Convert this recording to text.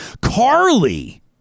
Carly